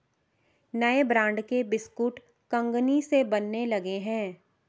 नए ब्रांड के बिस्कुट कंगनी से बनने लगे हैं